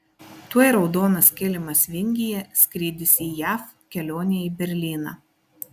tuoj raudonas kilimas vingyje skrydis į jav kelionė į berlyną